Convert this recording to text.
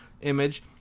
image